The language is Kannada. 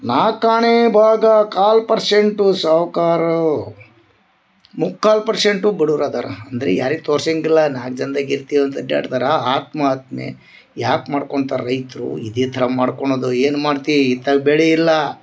ನಾಕಾಣೆ ಭಾಗ ಕಾಲು ಪರ್ಸೆಂಟು ಸಾವ್ಕಾರು ಮುಕ್ಕಾಲು ಪರ್ಸೆಂಟು ಬಡುವ್ರ ಅದಾರ ಅಂದರೆ ಯಾರಿಗ ತೋರ್ಸಂಗಿಲ್ಲ ನಾಲ್ಕು ಜನ್ರಿಗ ಇರ್ತೀವಿ ಇಲ್ಲಿ ಅಡ್ಯಾಡ್ತಾರ ಆತ್ಮಹತ್ಯೆ ಯಾಕ ಮಾಡ್ಕೊಂತಾರ ರೈತರು ಇದೇ ಥರ ಮಾಡ್ಕೊಳದು ಏನು ಮಾಡ್ತಿ ಇತ್ಲಾಗ ಬೆಳಿಯಿಲ್ಲ